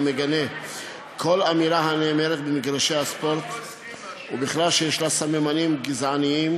אני מגנה כל אמירה הנאמרת במגרשי הספורט ובכלל שיש לה סממנים גזעניים